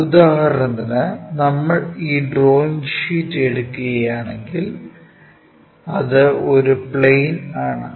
ഉദാഹരണത്തിന് നമ്മൾ ഈ ഡ്രോയിംഗ് ഷീറ്റ് എടുക്കുകയാണെങ്കിൽ അത് ഒരു പ്ലെയിൻ ആണ്